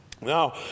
now